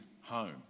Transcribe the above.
home